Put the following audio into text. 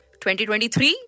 2023